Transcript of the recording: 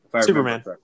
Superman